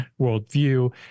worldview